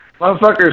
motherfuckers